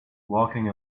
walking